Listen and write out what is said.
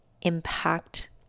impact